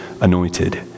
anointed